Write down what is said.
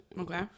Okay